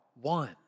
one